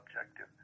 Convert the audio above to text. objective